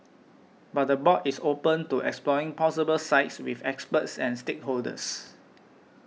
but the board is open to exploring possible sites with experts and stakeholders